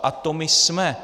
A to my jsme!